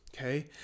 okay